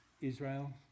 Israel